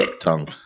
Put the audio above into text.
tongue